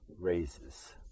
raises